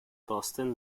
boston